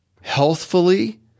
healthfully